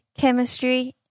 chemistry